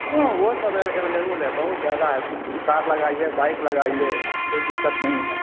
हाँ वो सब एबलेबुल है बहुत ज्यादा कार लगाइए बाइक लगाइए कोई दिक्कत नहीं है